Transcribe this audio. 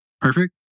Perfect